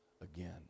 again